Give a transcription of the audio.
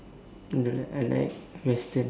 I don't like I like Western